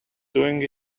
doing